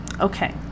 Okay